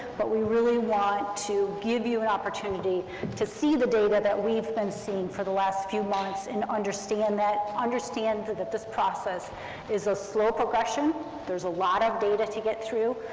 but we really want to give you an opportunity to see the data that we've been seeing for the last few months and understand that, understand that that this process is a slow progression. there's a lot of data to get through.